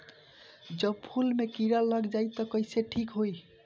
जब फूल मे किरा लग जाई त कइसे ठिक होई?